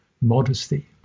modesty